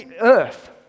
earth